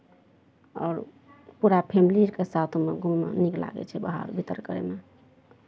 आओर पूरा फैमिलीके साथमे घुमनाइ नीक लागै छै बाहर भीतर करयमे